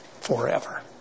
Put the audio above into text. forever